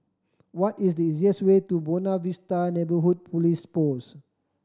what is the easiest way to Buona Vista Neighbourhood Police Post